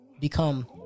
Become